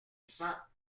cents